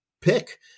pick